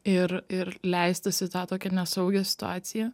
ir ir leistis į tą tokią nesaugią situaciją